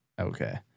Okay